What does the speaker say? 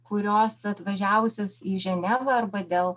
kurios atvažiavusios į ženevą arba dėl